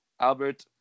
Albert